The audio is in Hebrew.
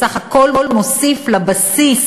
בסך הכול מוסיף לבסיס